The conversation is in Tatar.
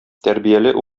тәрбияле